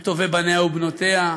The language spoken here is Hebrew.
בטובי בניה ובנותיה,